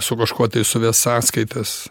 su kažkuo tai suvest sąskaitas